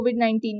COVID-19